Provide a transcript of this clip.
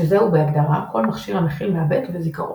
שזהו בהגדרה כל מכשיר המכיל מעבד וזיכרון.